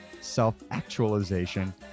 self-actualization